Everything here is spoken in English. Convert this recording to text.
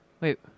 Wait